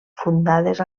fundades